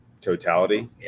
totality